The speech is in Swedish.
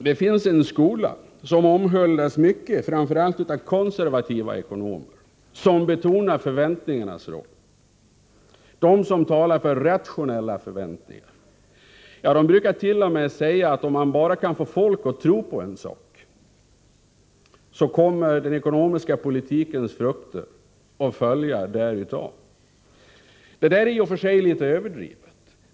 Det finns en skola som omhuldas mycket, framför allt av konservativa ekonomer, som betonar förväntningarnas roll, som talar om rationella förväntningar. Ja, de brukar t.o.m. säga, att om man bara kan få folk att tro på en sak, kommer den ekonomiska politikens frukter att följa därav. Detta är i och för sig litet överdrivet.